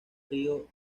río